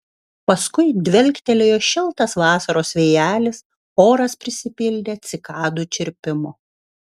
paskui dvelktelėjo šiltas vasaros vėjelis oras prisipildė cikadų čirpimo